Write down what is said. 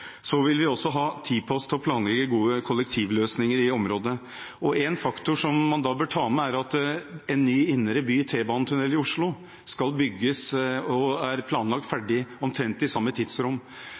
vil vi også ha tid på oss til å planlegge gode kollektivløsninger i området. En faktor som man da bør ta med, er at en ny indre by T-banetunnel i Oslo skal bygges og er planlagt ferdig i omtrent samme tidsrom.